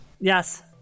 Yes